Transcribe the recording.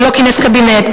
והוא לא כינס קבינט,